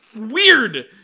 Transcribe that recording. weird